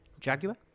Jaguar